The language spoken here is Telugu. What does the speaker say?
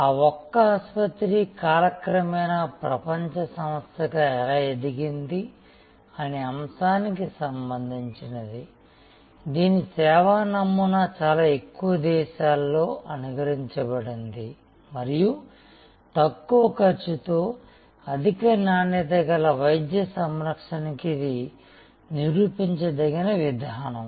ఆ ఒక్క ఆసుపత్రి కాలక్రమేణా ప్రపంచ సంస్థగా ఎలా ఎదిగింది అనే అంశానికి సంబంధించినదిదీని సేవా నమూనా చాలా ఎక్కువ దేశాలలో అనుకరించబడింది మరియు తక్కువ ఖర్చుతో అధిక నాణ్యత గల వైద్య సంరక్షణ కి ఇది నిరూపించదగిన విధానం